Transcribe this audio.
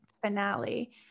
finale